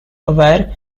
aware